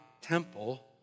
temple